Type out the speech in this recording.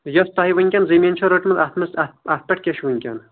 یۄس تۄہہِ وٕنکیٚن زٔمیٖن چھِ رٔٹٕمژ اتھ منٛز اتھ اتھ پٮ۪ٹھ کیاہ چُھ وٕنکٮ۪ن